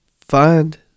find